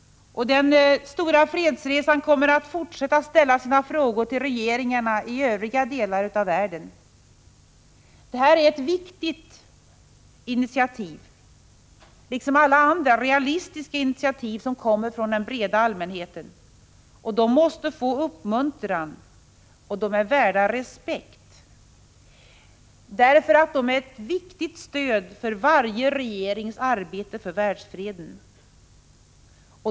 Den stora fredsresan kommer att fortsätta att ställa frågor till regeringar i övriga delar av världen. Detta är ett viktigt initiativ, liksom alla andra realistiska initiativ från den breda allmänheten. De måste få uppmuntran, och de är värda respekt. De är nämligen ett viktigt stöd för varje regerings arbete för världsfreden.